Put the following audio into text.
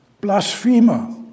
Blasphemer